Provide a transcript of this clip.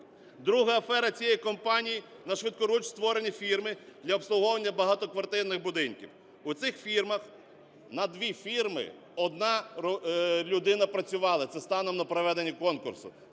Друга афера цієї компанії: нашвидкуруч створені фірми для обслуговування багатоквартирних будинків. У цих фірмах на дві фірми одна людина працювала (це станом на проведення конкурсу).